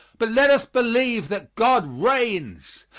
but let us believe that god reigns.